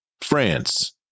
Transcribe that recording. France